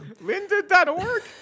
Linda.org